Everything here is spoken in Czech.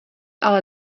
ale